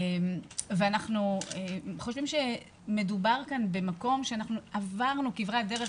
אנחנו חושבים שמדובר כאן במקום שעברנו כברת דרך